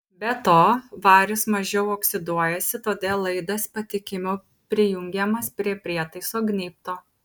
be to varis mažiau oksiduojasi todėl laidas patikimiau prijungiamas prie prietaiso gnybto